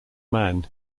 man